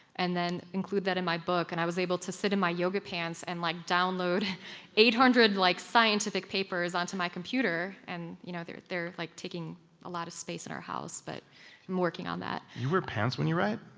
and then include that in my book. and i was able to sit in my yoga pants and like download eight hundred like scientific papers on to my computer, and you know they're they're like taking a lot of space in our house, but i'm working on that you wear pants when you write?